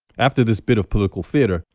after this bit of political theater,